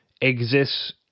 exists